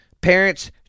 Parents